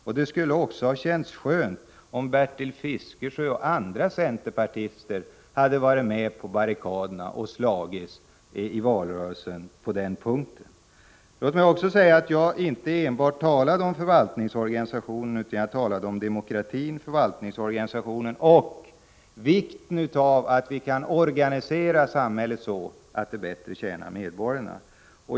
Men det skulle ha känts skönt om Bertil Fiskesjö och andra centerpartister hade varit med på barrikaderna och slagits om välfärdssamhället i valrörelsen. Låt mig också säga att jag inte talade enbart om förvaltningsorganisationen, utan jag talade också om demokratin och vikten av att organisera samhället så att det bättre tjänar medborgarna.